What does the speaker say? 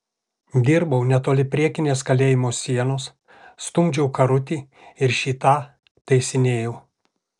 dirbau netoli priekinės kalėjimo sienos stumdžiau karutį ir šį tą taisinėjau